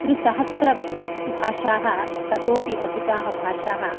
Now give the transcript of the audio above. त्रिसहस्रं भाषाः ततोपि अधिकाः भाषाः